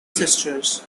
sisters